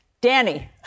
Danny